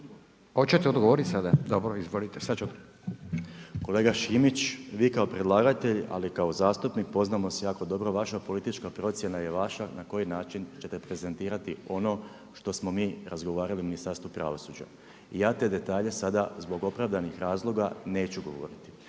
Hoćete odgovoriti sada? dobro. **Salapić, Josip (HDSSB)** Kolega Šimić, vi kao predlagatelj ali kao zastupnik poznamo se jako dobro, vaša politička procjena je vaša na koji način ćete prezentirati ono što smo mi razgovarali u Ministarstvu pravosuđa i ja te detalje sada zbog opravdanih razloga neću govoriti.